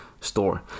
Store